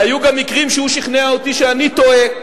והיו גם מקרים שהוא שכנע אותי שאני טועה,